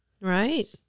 right